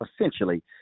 essentially